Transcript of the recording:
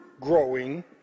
growing